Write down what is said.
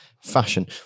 fashion